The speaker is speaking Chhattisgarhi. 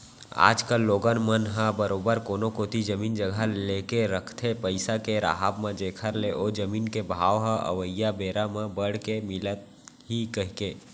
आज कल लोगन मन ह बरोबर कोनो कोती जमीन जघा लेके रखथे पइसा के राहब म जेखर ले ओ जमीन के भाव ह अवइया बेरा म बड़ के मिलही कहिके